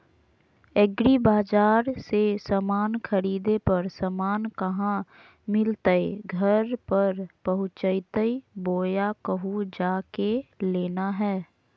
एग्रीबाजार से समान खरीदे पर समान कहा मिलतैय घर पर पहुँचतई बोया कहु जा के लेना है?